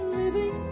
living